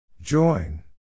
Join